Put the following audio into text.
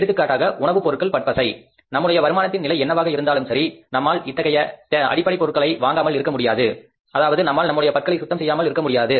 எடுத்துக்காட்டாக உணவுப் பொருட்கள் பற்பசை நம்முடைய வருமானத்தின் நிலை என்னவாக இருந்தாலும் சரி நம்மால் இத்தகைய அடிப்படை பொருள்களை வாங்காமல் இருக்க முடியாது அதாவது நம்மால் நம்முடைய பற்களை சுத்தம் செய்யாமல் இருக்க முடியாது